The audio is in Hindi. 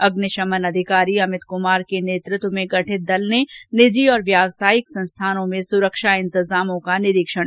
अग्निशमन अधिकारी अमित कुमार के नेतृत्व में गठित दल ने निजी और व्यवसायिक संस्थानों में सुरक्षा के इंतजामों का निरीक्षण किया